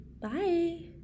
Bye